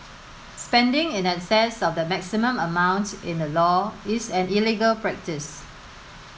spending in excess of the maximum amount in the law is an illegal practice